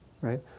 right